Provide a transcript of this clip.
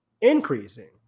increasing